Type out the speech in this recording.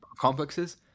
complexes